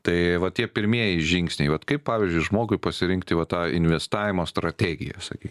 tai va tie pirmieji žingsniai vat kaip pavyzdžiui žmogui pasirinkti va tą investavimo strategiją sakykim